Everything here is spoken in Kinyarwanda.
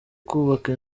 kubaka